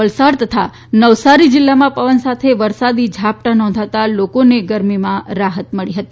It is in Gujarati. વલસાડ તથા નવસારી જિલ્લામાં પવન સાથે વરસાદી ઝાપટાં નોંધાતા લોકોને ગરમીમાં રાહત મળી હતી